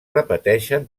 repeteixen